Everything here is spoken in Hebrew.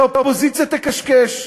שהאופוזיציה תקשקש.